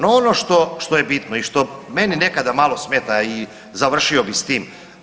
No, ono što je bitno i što meni nekada malo smeta i završio bi s tim.